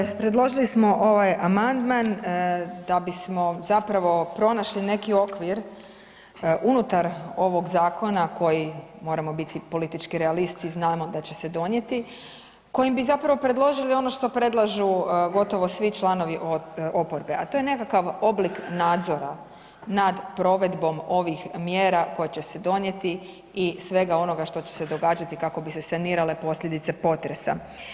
Dakle, predložili smo ovaj amandman da bismo zapravo pronašli neki okvir unutar ovog zakona koji moramo biti politički realisti znamo da će se donijeti, kojim bi zapravo predložili ono što predlažu gotovo svi članovi oporbe, a to je nekakav oblik nadzora nad provedbom ovih mjera koje će se donijeti i svega onoga što će se događati kako bi se sanirale posljedice potresa.